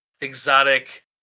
exotic